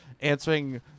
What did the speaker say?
answering